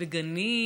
גנים,